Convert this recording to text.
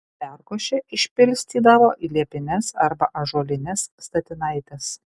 perkošę išpilstydavo į liepines arba ąžuolines statinaites